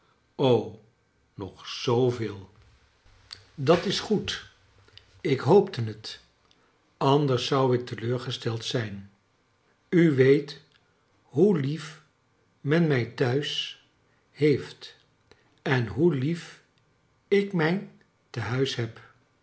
nog zooveel kleine dormt dat is goed ik hoopte het anders zou ik teleurgesteld zijn u weet hoe lief men mij thuis heeft en hoe lief ik mijn tenuis heb